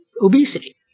obesity